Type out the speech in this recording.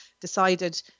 decided